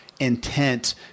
intent